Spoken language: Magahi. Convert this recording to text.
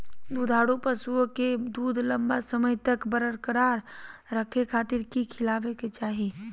दुधारू पशुओं के दूध लंबा समय तक बरकरार रखे खातिर की खिलावे के चाही?